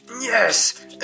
Yes